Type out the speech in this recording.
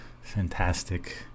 Fantastic